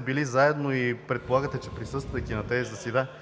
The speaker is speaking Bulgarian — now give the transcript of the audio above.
били сме заедно и предполагайки, че присъствайки на тези заседания,